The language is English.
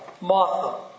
Martha